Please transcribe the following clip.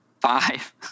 Five